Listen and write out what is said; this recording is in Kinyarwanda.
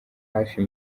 hafi